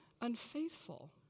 unfaithful